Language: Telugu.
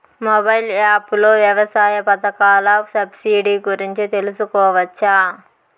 మొబైల్ యాప్ లో వ్యవసాయ పథకాల సబ్సిడి గురించి తెలుసుకోవచ్చా?